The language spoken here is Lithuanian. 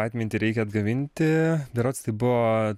atmintį reikia atgaivinti berods tai buvo